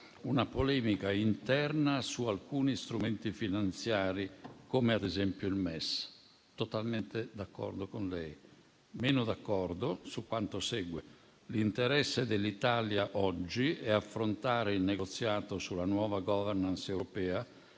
una polemica interna su alcuni strumenti finanziari, come ad esempio il MES». Sono totalmente d'accordo con lei. Sono meno d'accordo su quanto segue: «L'interesse dell'Italia oggi è affrontare il negoziato sulla nuova *governance* europea